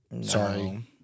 Sorry